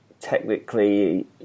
technically